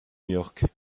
york